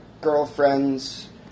girlfriend's